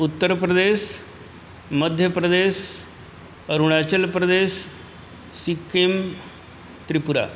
उत्तरप्रदेशः मध्यप्रदेशः अरुणाचलप्रदेशः सिक्किं त्रिपुरा